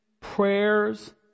prayers